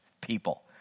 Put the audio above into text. people